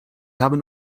haben